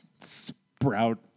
sprout